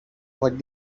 what